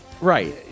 right